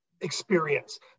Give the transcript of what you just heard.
experience